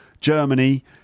Germany